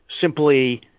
simply